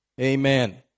Amen